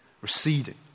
receding